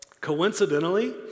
Coincidentally